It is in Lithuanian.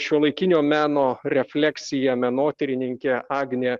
šiuolaikinio meno refleksiją menotyrininkė agnė